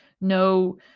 no